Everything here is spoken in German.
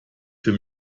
für